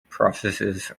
processes